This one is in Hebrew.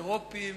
אירופים,